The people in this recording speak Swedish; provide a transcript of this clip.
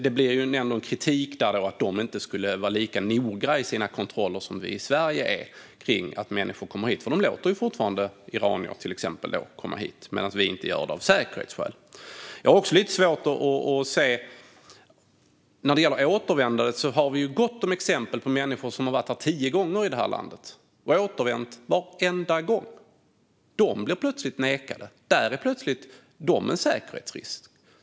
Det blir en kritik av att de inte skulle vara lika noga som Sverige i sin kontroll av människor som kommer hit, för de låter ju fortfarande iranier komma hit medan vi inte gör det av säkerhetsskäl. Vad gäller återvändandet har vi gott om personer som har varit tio gånger i Sverige och återvänt varenda gång. Men nu blir de plötsligt nekade och utgör en säkerhetsrisk.